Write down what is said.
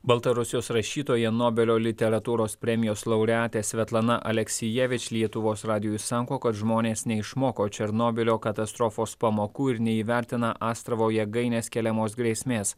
baltarusijos rašytoja nobelio literatūros premijos laureatė svetlana aleksijevič lietuvos radijui sako kad žmonės neišmoko černobylio katastrofos pamokų ir neįvertina astravo jėgainės keliamos grėsmės